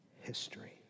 history